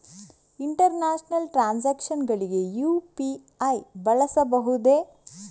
International transactions ಗಳಿಗೆ UPI ಬಳಸಬಹುದೇ?